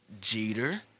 Jeter